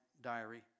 diary